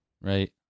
Right